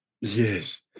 yes